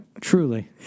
Truly